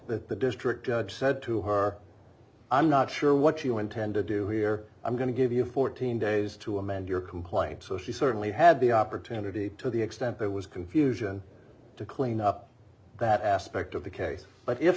that the district judge said to her i'm not sure what you intend to do here i'm going to give you fourteen days to amend your complaint so she certainly had the opportunity to the extent there was confusion to clean up that aspect of the case but if